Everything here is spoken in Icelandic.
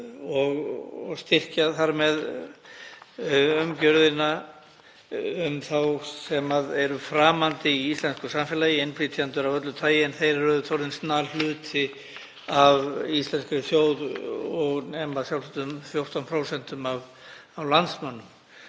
og styrkja þar með umgjörðina um þá sem eru framandi í íslensku samfélagi, innflytjendur af öllu tagi, en þeir eru orðnir nokkur hluti af íslenskri þjóð, eru sjálfsagt um 14% af landsmönnum.